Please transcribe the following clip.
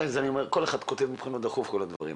כל אחד כותב שמבחינתו זה דחוף.